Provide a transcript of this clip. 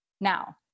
now